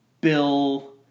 Bill